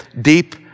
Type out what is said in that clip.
deep